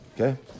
Okay